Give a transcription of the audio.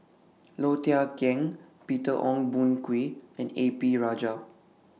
Low Thia Khiang Peter Ong Boon Kwee and A P Rajah